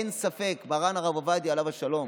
אין ספק, מרן הרב עובדיה, עליו השלום,